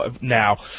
now